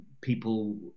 people